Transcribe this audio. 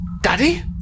Daddy